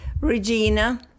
Regina